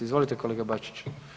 Izvolite kolega Bačić.